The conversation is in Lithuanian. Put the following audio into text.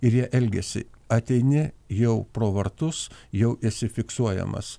ir jie elgiasi ateini jau pro vartus jau esi fiksuojamas